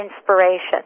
inspiration